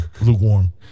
Lukewarm